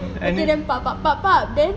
itu then then